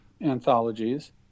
anthologies